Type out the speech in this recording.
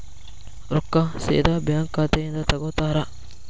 ರೊಕ್ಕಾ ಸೇದಾ ಬ್ಯಾಂಕ್ ಖಾತೆಯಿಂದ ತಗೋತಾರಾ?